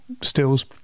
stills